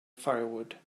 firewood